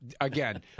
again